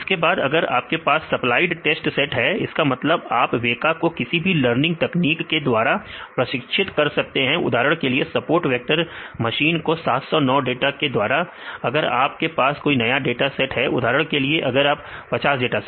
इसके बाद अगर आपके पास सप्लाइड टेस्ट सेट है इसका मतलब आप वेका को किसी भी लर्निंग तकनीक के द्वारा प्रशिक्षित कर सकते हैं उदाहरण के लिए सपोर्ट वेक्टर मशीन को 709 डाटा के द्वारा और अगर आपके पास कोई नया डाटा सेट है उदाहरण के लिए और 50 डाटा